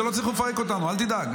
אתה לא צריך לפרק אותנו, אל תדאג.